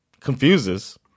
Confuses